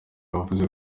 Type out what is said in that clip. wavuze